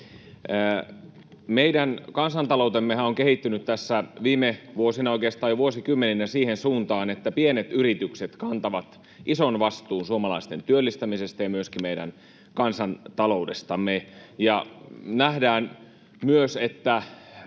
Meidän kansantaloutemmehan on kehittynyt tässä viime vuosina, oikeastaan jo vuosikymmeninä, siihen suuntaan, että pienet yritykset kantavat ison vastuun suomalaisten työllistämisestä ja myöskin meidän kansantaloudestamme.